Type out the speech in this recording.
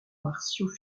martiaux